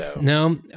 No